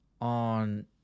on